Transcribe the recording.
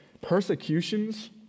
persecutions